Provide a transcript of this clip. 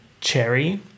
Cherry